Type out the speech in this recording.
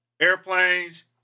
Airplanes